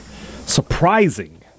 Surprising